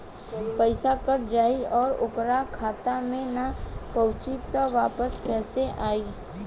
पईसा कट जाई और ओकर खाता मे ना पहुंची त वापस कैसे आई?